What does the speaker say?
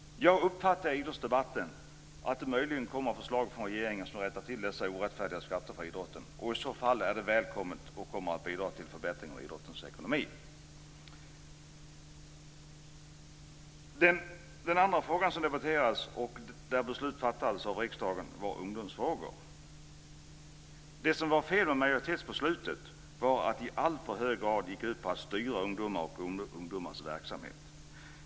I idrottsdebatten uppfattade jag att det möjligen kommer förslag från regeringen som rättar till dessa orättfärdiga skatter för idrotten. I så fall är det välkommet, och det kommer att bidra till en förbättring av idrottens ekonomi. Den andra frågan som debatterades och som riksdagen fattade beslut om gällde ungdomar. Det som var fel med majoritetsbeslutet var att det i alltför hög grad gick ut på att man ska styra ungdomar och ungdomars verksamhet.